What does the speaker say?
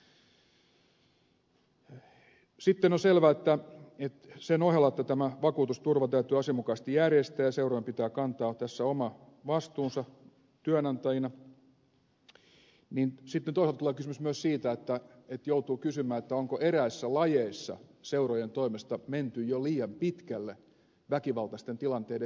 sitten on selvä että sen ohella että tämä vakuutusturva täytyy asianmukaisesti järjestää ja seurojen pitää kantaa tässä oma vastuunsa työnantajina joutuu myös kysymään onko eräissä lajeissa seurojen toimesta menty jo liian pitkälle väkivaltaisten tilanteiden hyväksymisessä